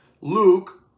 Luke